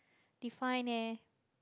define leh